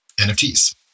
NFTs